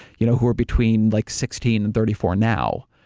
you know who are between like sixteen and thirty four now.